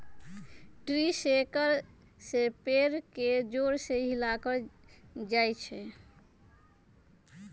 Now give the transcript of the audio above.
tree shaker से पेड़ के जोर से हिलाएल जाई छई